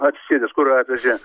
atsisėdęs kur atvežė